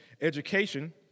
education